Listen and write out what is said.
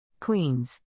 Queens